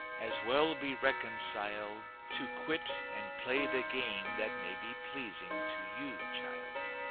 as well be reconciled to quit and play the game that may be pleasing to you, child.